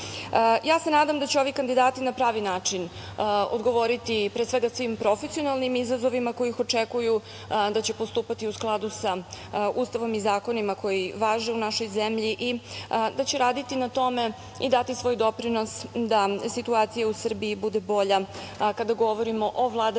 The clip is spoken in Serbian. se da će ovi kandidati na pravi način odgovoriti, pre svega, svim profesionalnim izazovima koji ih očekuju, da će postupati u skladu sa Ustavom i zakonima koji važe u našoj zemlji i da će raditi na tome i dati svoj doprinos da situacija u Srbiji bude bolja kada govorimo o vladavini